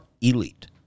elite